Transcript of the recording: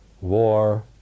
war